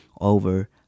over